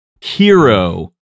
hero